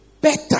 better